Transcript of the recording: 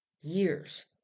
Years